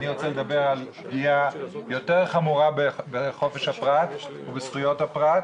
אני רוצה לדבר על פגיעה יותר חמורה בחופש הפרט ובזכויות הפרט,